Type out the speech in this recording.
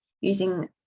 using